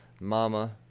Mama